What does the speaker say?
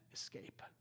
escape